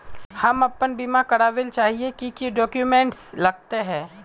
हम अपन बीमा करावेल चाहिए की की डक्यूमेंट्स लगते है?